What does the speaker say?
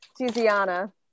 tiziana